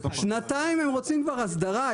שנתיים הם רוצים כבר הסדרה.